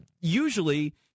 usually